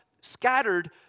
scattered